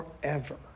forever